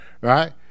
Right